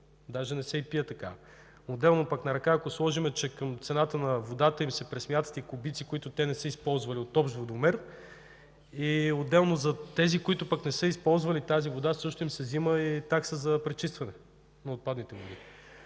Даже не се и пие такава, отделно пък на ръка, ако сложим, че към цената на водата им се пресмятат и кубици, които те не са използвали, от общ водомер, отделно за тези пък, които не са използвали тази вода, а също им се взема и такса за пречистване на отпадните води.